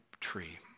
tree